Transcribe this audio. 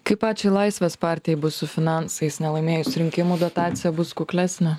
kaip pačiai laisvės partijai bus su finansais nelaimėjus rinkimų dotacija bus kuklesnė